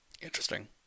Interesting